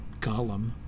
Gollum